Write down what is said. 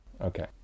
Okay